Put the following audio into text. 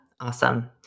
Awesome